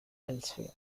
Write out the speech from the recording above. elsewhere